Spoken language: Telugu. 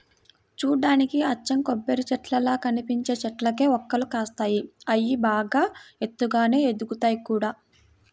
చూడ్డానికి అచ్చం కొబ్బరిచెట్టుల్లా కనిపించే చెట్లకే వక్కలు కాస్తాయి, అయ్యి బాగా ఎత్తుగానే ఎదుగుతయ్ గూడా